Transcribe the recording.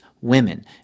Women